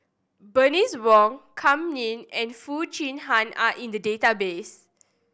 Bernice Wong Kam Ning and Foo Chee Han are in the database